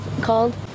called